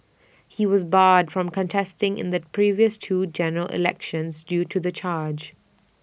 he was barred from contesting in the previous two general elections due to the charge